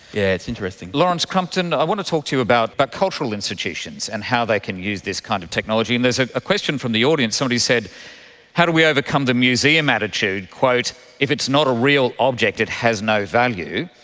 it's interesting. lawrence crumpton, i want to talk to you about but cultural institutions and how they can use this kind of technology. and there's ah a question from the audience, somebody said how do we overcome the museum attitude, if it's not a real object, it has no value'?